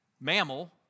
mammal